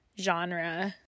genre